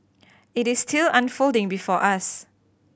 it is still unfolding before us